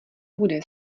bude